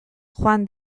joan